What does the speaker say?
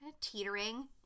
Teetering